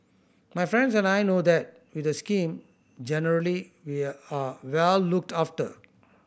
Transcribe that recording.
my friends and I know that with the scheme generally we are well looked after